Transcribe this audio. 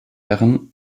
herren